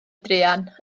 druan